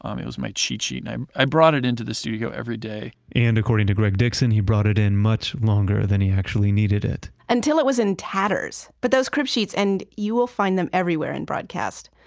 um it was my cheat sheet and i brought it into the studio every day and according to greg dixon, he brought it in much longer than he actually needed it until it was in tatters. but those crib sheets, and, you will find them everywhere in broadcast,